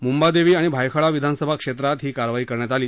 मुद्धिदेवी आणि भायखळा विधानसभा क्षेत्रात ही कारवाई करण्यात आली